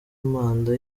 manda